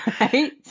Right